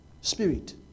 spirit